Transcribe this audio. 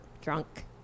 drunk